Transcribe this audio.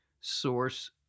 source